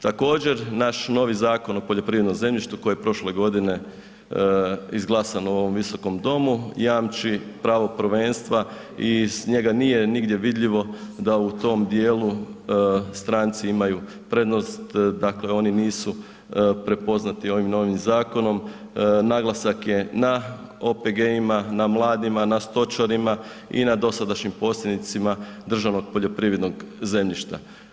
Također, naš novi Zakon o poljoprivrednom zemljištu koji je prošle godine izglasan u ovom Visokom domu, jamči pravo prvenstva i iz njega nije nigdje vidljivo da u tom djelu stranci imaju prednost dakle oni nisu prepoznati ovim novim zakonom, naglasak je na OPG-ima, na mladima, na stočarima i na dosadašnjim posjednicima državnog poljoprivrednog zemljišta.